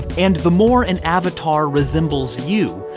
and the more an avatar resembles you,